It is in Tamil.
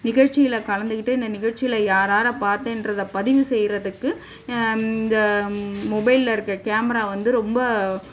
நிகழ்ச்சியில கலந்துக்கிட்டு இந்த நிகழ்ச்சியில யார் யாரை பாத்தேன்றதை பதிவு செய்யறதுக்கு இந்த மொபைலில் இருக்க கேமரா வந்து ரொம்ப